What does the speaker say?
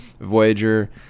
Voyager